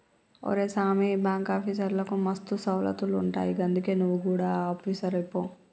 ఒరే సామీ, బాంకాఫీసర్లకు మస్తు సౌలతులుంటయ్ గందుకే నువు గుడ ఆపీసరువైపో